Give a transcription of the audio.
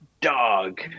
dog